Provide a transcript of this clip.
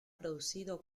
producido